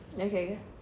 okay